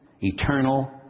eternal